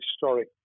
historic